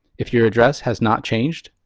if your address has not changed,